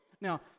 Now